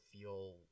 feel